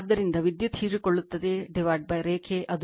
ಆದ್ದರಿಂದ ವಿದ್ಯುತ್ ಹೀರಿಕೊಳ್ಳುತ್ತದೆ ರೇಖೆ ಅದು 3 ಕರೆಂಟ್2 ಪರಿಮಾಣ 6